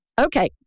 Okay